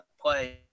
play